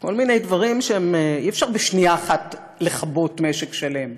כל מיני דברים, אי-אפשר בשנייה אחת לכבות משק שלם.